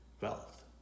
wealth